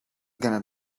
gonna